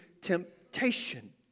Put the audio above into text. temptation